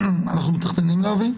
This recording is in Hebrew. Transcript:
אתם מתכננים להביא?